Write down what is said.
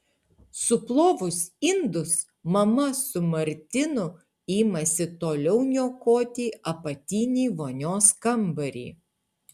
suplovus indus mama su martinu imasi toliau niokoti apatinį vonios kambarį